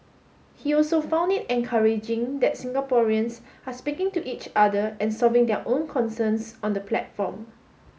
he also found it encouraging that Singaporeans are speaking to each other and solving their own concerns on the platform